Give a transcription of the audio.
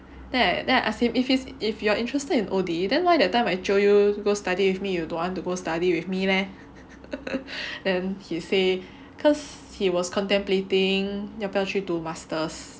then then I ask him if is if you are interested in O_D then why that time I jio you go study with me you don't want to go study with me meh then he say cause he was contemplating 要不要去读 masters